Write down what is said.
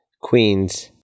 Queens